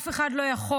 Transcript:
אף אחד לא יכול,